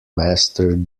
master